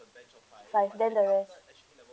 five then the re~